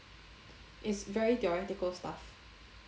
it's very theoretical stuff